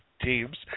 teams